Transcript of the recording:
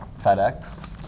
FedEx